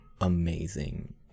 amazing